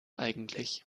eigentlich